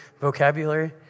vocabulary